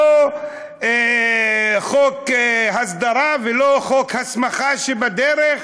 לא חוק הסדרה ולא חוק הסמכה, שבדרך,